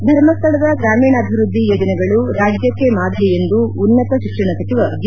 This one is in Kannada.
ಧರ್ಮಸ್ಥಳದ ಗಾಮೀಣಾಭಿವೃದ್ಧಿ ಯೋಜನೆಗಳು ರಾಜ್ಯಕ್ಕೆ ಮಾದರಿ ಎಂದು ಉನ್ನತ ಶಿಕ್ಷಣ ಸಚಿವ ಜಿ